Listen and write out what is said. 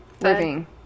living